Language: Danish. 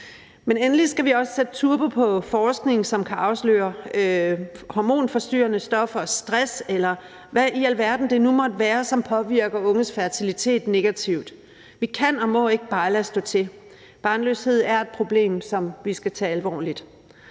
Men endelig skal vi også sætte turbo på forskning, som kan afsløre hormonforstyrrende stoffer og stress, eller hvad i alverden det nu måtte være, som påvirker unges fertilitet negativt. Vi kan og må ikke bare lade stå til. Barnløshed er et problem, som vi skal tage alvorligt.